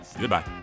Goodbye